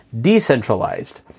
decentralized